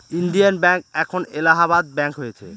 Indian Bank এখন Allahabad Bank হয়েছে